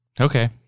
Okay